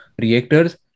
reactors